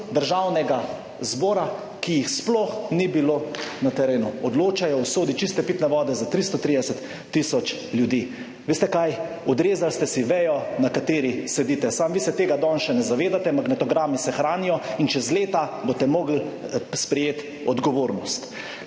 Državnega zbora, ki jih sploh ni bilo na terenu, odločajo o usodi čiste pitne vode za 330 tisoč ljudi. Veste kaj, odrezali ste si vejo na kateri sedite, samo vi se tega danes še ne zavedate, magnetogrami se hranijo in čez leta boste mogli sprejeti odgovornost.